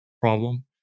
problem